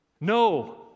No